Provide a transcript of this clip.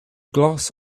gloss